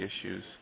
issues